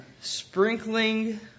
sprinkling